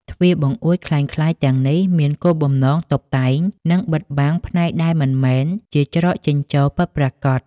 ទ្វារបង្អួចក្លែងក្លាយទាំងនេះមានគោលបំណងតុបតែង និងបិទបាំងផ្នែកដែលមិនមែនជាច្រកចេញចូលពិតប្រាកដ។